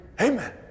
Amen